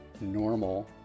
normal